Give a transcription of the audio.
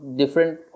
different